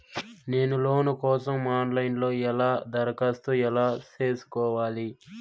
నేను లోను కోసం online లో ఎలా దరఖాస్తు ఎలా సేసుకోవాలి?